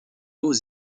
aux